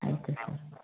ಆಯಿತು ಸರ್